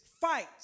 fight